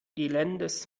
elendes